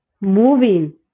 moving